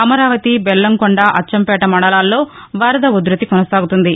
అమరావతి బెల్లంకొండ అచ్చంపేట మండలాల్లో వరద ఉద్భతి కొనసాగుతోంది